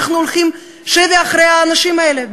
אנחנו הולכים שבי אחרי האנשים האלו.